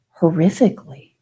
horrifically